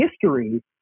history